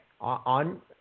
on